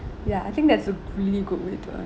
ya I think that's a really good way to earn